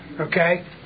Okay